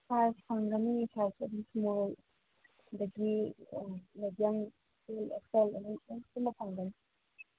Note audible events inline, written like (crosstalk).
size ꯐꯪꯒꯅꯤ size ꯑꯗꯨꯝ small ꯑꯗꯒꯤ ꯃꯦꯗꯤꯌꯝ (unintelligible) ꯑꯦꯛꯁ ꯑꯦꯜ ꯑꯗꯨꯝ ꯂꯣꯏ ꯄꯨꯟꯅ ꯐꯪꯒꯅꯤ